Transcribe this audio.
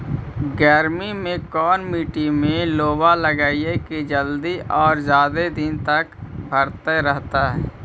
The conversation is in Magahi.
गर्मी में कोन मट्टी में लोबा लगियै कि जल्दी और जादे दिन तक भरतै रहतै?